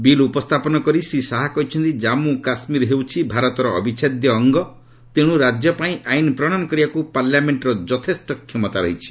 bill ଉପସ୍ଥାପନ କରି ଶ୍ରୀ ଶାହା କହିଛନ୍ତି ଜାମ୍ମ କାଶୁୀର ହେଉଛି ଭାରତର ଅବିଚ୍ଛେଦ୍ୟ ଅଙ୍ଗ ତେଣ୍ର ରାଜ୍ୟ ପାଇଁ ଆଇନ୍ ପ୍ରଣୟନ କରିବାକୁ ପାର୍ଲାମେଖର ଯଥେଷ୍ଟ କ୍ଷମତା ରହିଛି